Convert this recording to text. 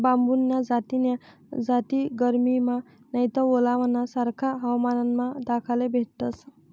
बांबून्या जास्तीन्या जाती गरमीमा नैते ओलावाना सारखा हवामानमा दखाले भेटतस